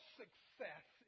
success